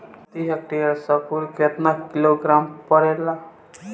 प्रति हेक्टेयर स्फूर केतना किलोग्राम परेला?